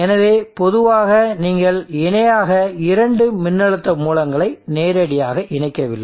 எனவே பொதுவாக நீங்கள் இணையாக இரண்டு மின்னழுத்த மூலங்களை நேரடியாக இணைக்கவில்லை